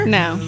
no